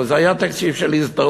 אבל זה היה תקציב של הזדהות.